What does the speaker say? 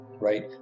right